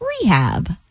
rehab